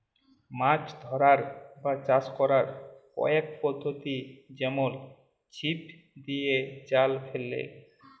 মাছ ধ্যরার বা চাষ ক্যরার কয়েক পদ্ধতি যেমল ছিপ দিঁয়ে, জাল ফ্যাইলে